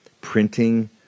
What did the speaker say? printing